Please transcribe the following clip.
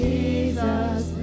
Jesus